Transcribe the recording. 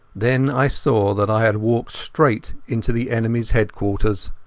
then i saw that i had walked straight into the enemyas headquarters.